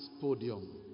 podium